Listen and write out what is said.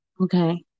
Okay